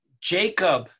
Jacob